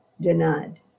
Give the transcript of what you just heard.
denied